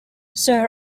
sir